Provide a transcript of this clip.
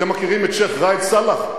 אתם מכירים את שיח' ראאד סלאח?